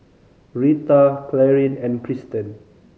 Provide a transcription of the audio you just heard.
Rheta Clarine and Christen